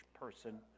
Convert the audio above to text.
person